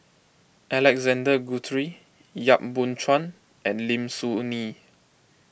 Alexander Guthrie Yap Boon Chuan and Lim Soo Ngee